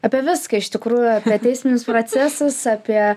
apie viską iš tikrųjų apie teisinius procesus apie